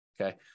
okay